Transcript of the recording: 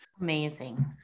Amazing